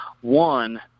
one